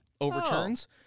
overturns